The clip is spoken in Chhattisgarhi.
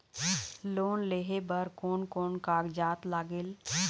लोन लेहे बर कोन कोन कागजात लागेल?